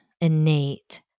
innate